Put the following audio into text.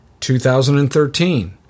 2013